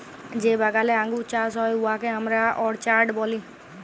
যে বাগালে আঙ্গুর চাষ হ্যয় উয়াকে আমরা অরচার্ড ব্যলি